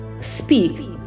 speak